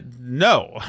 no